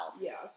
Yes